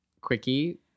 Quickie